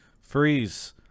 freeze